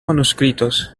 manuscritos